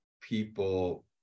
people